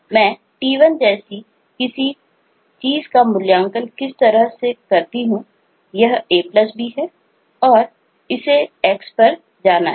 मैं t1 जैसी किसी चीज़ का मूल्यांकन किस तरह से करता हूं यह a b है और इसे x पर जाना है